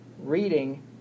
Reading